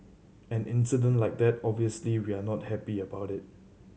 an incident like that obviously we are not happy about it